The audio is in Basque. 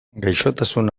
gaixotasun